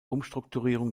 umstrukturierung